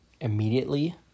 immediately